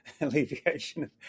alleviation